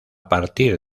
partir